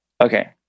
Okay